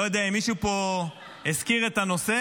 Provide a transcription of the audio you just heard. אני לא יודע אם מישהו פה הזכיר את הנושא,